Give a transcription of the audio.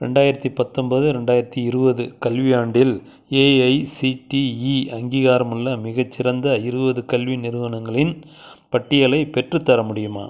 ரெண்டாயிரத்தி பத்தன்போது ரெண்டாயிரத்தி இருபது கல்வியாண்டில் ஏஐசிடிஇ அங்கீகாரமுள்ள மிகச்சிறந்த இருபது கல்வி நிறுவனங்களின் பட்டியலை பெற்றுத்தர முடியுமா